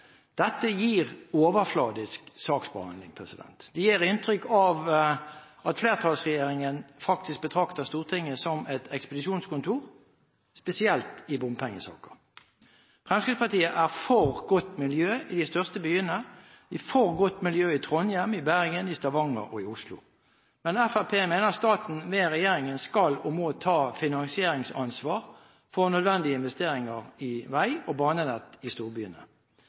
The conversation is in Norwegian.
Dette gir overflatisk saksbehandling. Det gir inntrykk av at flertallsregjeringen faktisk betrakter Stortinget som et ekspedisjonskontor, spesielt i bompengesaker. Fremskrittspartiet er for godt miljø i de største byene – vi er for godt miljø i Trondheim, i Bergen, i Stavanger og i Oslo. Men Fremskrittspartiet mener at staten ved regjeringen skal og må ta finansieringsansvar for nødvendige investeringer i vei- og banenett i storbyene.